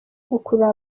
gukurura